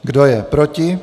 Kdo je proti?